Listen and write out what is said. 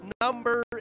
number